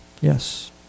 Yes